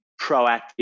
proactive